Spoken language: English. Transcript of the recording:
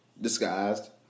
disguised